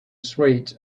sweet